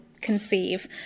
conceive